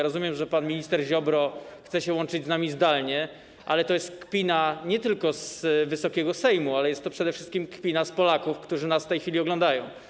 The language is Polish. Rozumiem, że pan minister Ziobro chce się łączyć z nami zdalnie, ale to jest kpina nie tylko z Wysokiego Sejmu, ale jest to przede wszystkim kpina z Polaków, którzy nas w tej chwili oglądają.